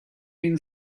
been